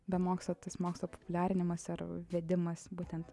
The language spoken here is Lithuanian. be mokslo tas mokslo populiarinimas ar vedimas būtent